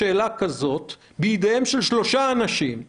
בידיהם של שלושה אנשים.